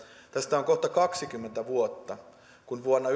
tästä on kohta kaksikymmentä vuotta kun vuonna